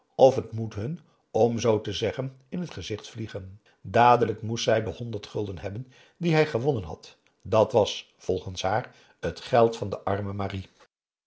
of het moet hun om zoo te zeggen in het gezicht vliegen dadelijk moest zij de honderd gulden hebben die hij gewonnen had dat was volgens haar het geld van de arme marie